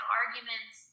arguments